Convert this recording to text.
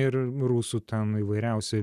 ir rusų ten įvairiausi